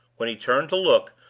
when he turned to look,